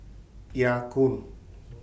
Ya Kun